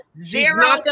zero